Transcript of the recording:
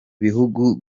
bihugu